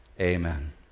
amen